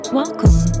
welcome